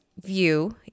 view